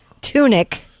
tunic